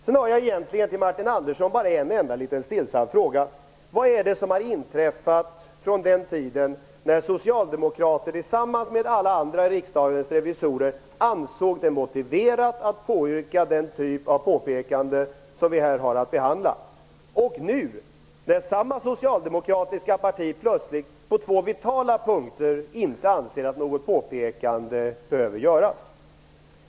Sedan har jag bara en stillsam fråga till Martin Nilsson: Vad är det som har inträffat sedan den tid då socialdemokraterna tillsammans alla andra i Riksdagens revisorer ansåg motiverat med den typ av påpekanden som vi här har att behandla? Nu anser samma socialdemokratiska parti plötsligt beträffande två vitala punkter att något påpekande inte behöver göras.